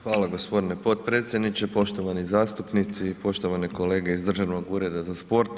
Hvala gospodine potpredsjedniče, poštovani zastupnici i poštovane kolege iz Državnog ureda za sport.